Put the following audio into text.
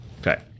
Okay